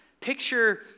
Picture